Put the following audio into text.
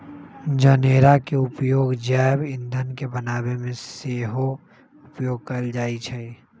जनेरा के उपयोग जैव ईंधन के बनाबे में सेहो उपयोग कएल जाइ छइ